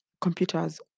computers